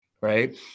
right